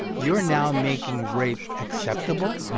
you're now making rape acceptable.